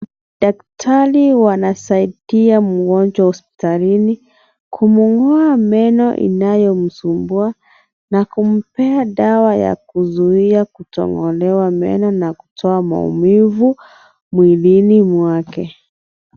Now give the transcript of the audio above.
Daktari wanasaidia mgonjwa hospitalini kumngoa meno inayomsumbua na kumpea dawa ya kuzuia kutongolewa meno na kutoa maumivu mwilini mwake.